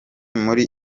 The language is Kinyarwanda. muri